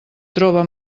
troba